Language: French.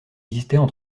existaient